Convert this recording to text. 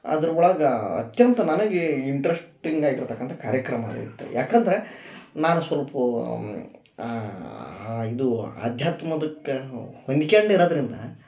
ಅದ್ರ ಒಳಗೆ ಅತ್ಯಂತ ನನಗೆ ಇಂಟ್ರಸ್ಟಿಂಗ್ ಆಗಿರ್ತಕ್ಕಂಥ ಕಾರ್ಯಕ್ರಮಗಳಿರುತ್ತವೆ ಯಾಕಂದರೆ ನಾನು ಸಲ್ಪ ಇದು ಅಧ್ಯಾತ್ಮದಕ್ಕೇನು ಹೊಂದ್ಕೊಂಡು ಇರೋದ್ರಿಂದ